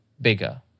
bigger